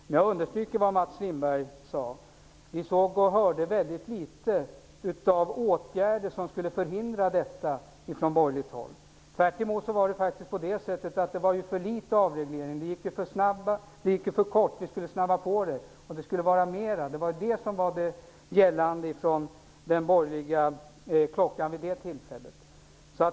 Men jag understryker vad Mats Lindberg sade: Det föreslogs från borgerligt håll mycket litet av åtgärder som skulle ha kunnat förhindra detta. Tvärtom klagade man över att det var för litet av avreglering. Den gick för långsamt och borde ha snabbats på. Det var budskapet från de borgerliga vid den tiden.